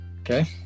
Okay